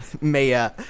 Maya